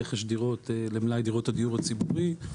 רכש דירות למלאי דירות הדיור הציבורי.